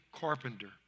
Carpenter